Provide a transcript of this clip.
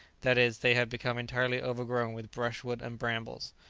that is, they had become entirely overgrown with brushwood and brambles.